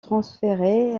transférée